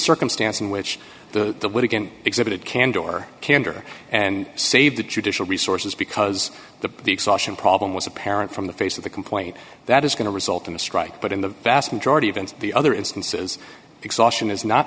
circumstance in which the would again exhibit candor or candor and save the judicial resources because the the exhaustion problem was apparent from the face of the complaint that is going to result in a strike but in the vast majority of and the other instances exhaustion is not